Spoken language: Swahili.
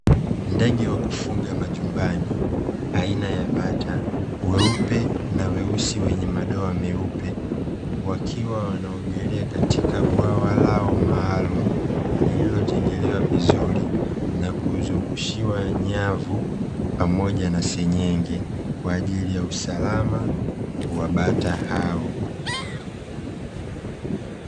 Ndege wa kufuga majumbani aina ya bata weupe na weusi wenye madoa meupe, wakiwa wanaogelea katika bwawa lao maalumu lililojengelewa vizuri na kuzungushiwa nyavu pamoja na seng'enge kwa ajili ya usalama wa bata hao.